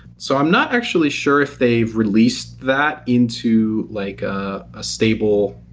so i'm not actually sure if they've released that into like ah a stable,